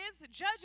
Judges